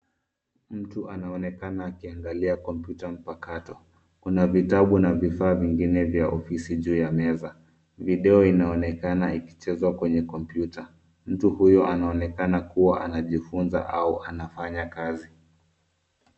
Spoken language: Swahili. Mtu anaonekana akiangalia kompyuta mpakato. Kuna vitabu na vifaa vingine vya ofisi juu ya meza. Video inaonekana ikichezwa kwenye kompyuta. Mtu huyu anaonekana kuwa anajifunza au anafanya kazi.